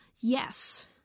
Yes